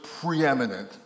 preeminent